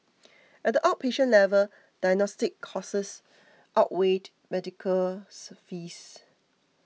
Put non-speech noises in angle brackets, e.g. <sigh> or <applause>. at the outpatient level diagnostic costs outweighed medical <noise> fees